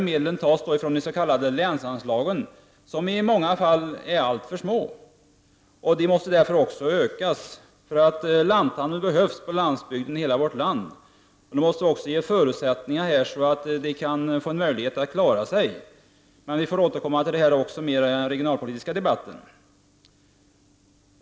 Medlen tas ifrån de s.k. länsanslagen, som i många fall är alltför små. De måste därför också ökas. Lanthandeln behövs på landsbygden i hela vårt land. Vi måste ge dem förutsättningar, så att de får en möjlighet att klara sig. Vi får återkomma till denna fråga i den regionalpolitiska debatten.